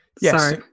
Yes